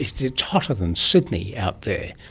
it's hotter than sydney out there,